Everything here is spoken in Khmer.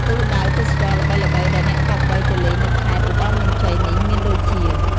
ទិសដៅទេសចរណ៍ល្បីៗដែលអ្នកគប្បីទៅលេងនៅខេត្តឧត្តរមានជ័យនេះ មានដូចជា។